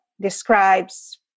describes